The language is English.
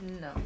No